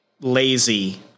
lazy